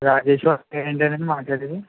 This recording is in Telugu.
రాజేష్ వాళ్ళ పేరెంట్స్ యేన అండి మాట్లాడేది